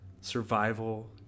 survival